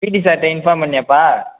பிடி சார் கிட்ட இன்ஃபார்ம் பண்ணியாப்பா